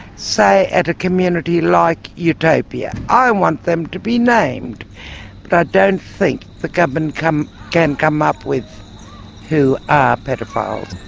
say, at a community like utopia. i want them to be named. but i don't think the government can come up with who are paedophiles.